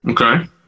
okay